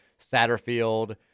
Satterfield